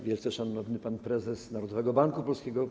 Wielce Szanowny Panie Prezesie Narodowego Banku Polskiego!